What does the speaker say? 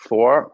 Four